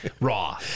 raw